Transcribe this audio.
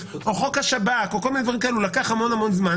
או חוק השב"כ או כל מיני דברים כאלה לקח המון זמן,